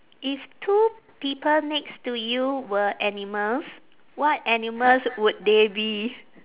if two people next to you were animals what animals would they be